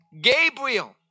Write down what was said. Gabriel